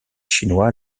chinois